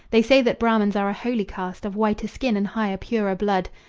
they say that brahmans are a holy caste, of whiter skin and higher, purer blood,